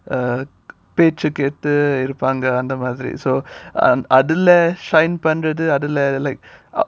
uh page பேச்ச கேட்டு இருப்பாங்க அந்த மாதிரி:pecha ketu irupanga andha madhiri so அதுல:adhula shine பண்றது அதுல:panrathu adhula like